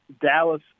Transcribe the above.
Dallas